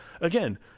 again